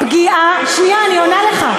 שנייה, אני עונה לך.